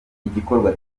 igikorwa